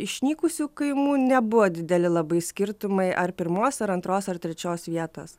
išnykusių kaimų nebuvo dideli labai skirtumai ar pirmos ar antros ar trečios vietos